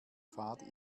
pfad